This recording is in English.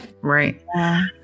Right